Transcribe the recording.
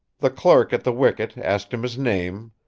the clerk at the wicket asked him his name,